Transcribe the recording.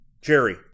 Jerry